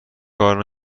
کار